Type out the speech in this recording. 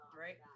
Right